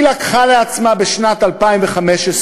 היא לקחה לעצמה, בשנת 2015,